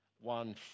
one